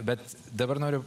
bet dabar noriu